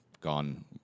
gone